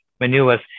maneuvers